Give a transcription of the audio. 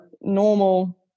normal